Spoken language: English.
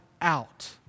out